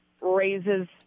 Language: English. raises